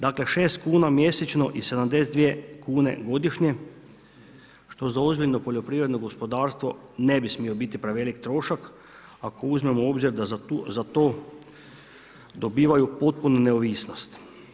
Dakle 6 kuna mjesečno i 72 kune godišnje što za ozbiljno poljoprivredno gospodarstvo ne bi smio biti prevelik trošak ako uzmemo u obzir da za to dobivaju potpunu neovisnost.